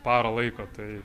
parą laiko tai